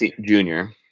junior